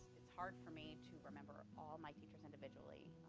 it's hard for me to remember all my teachers individually,